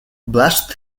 blessed